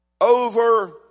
Over